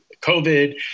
COVID